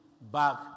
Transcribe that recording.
back